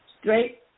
straight